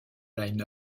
line